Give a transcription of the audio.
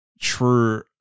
true